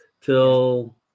till